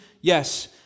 Yes